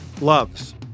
loves